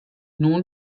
nun